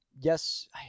yes